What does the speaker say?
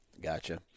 gotcha